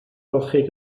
ymolchi